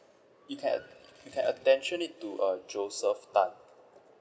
you can you can attach in it to a joseph tan